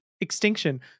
extinction